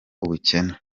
ubukene